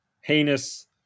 heinous